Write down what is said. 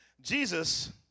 Jesus